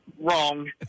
wrong